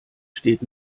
steht